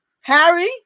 Harry